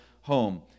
home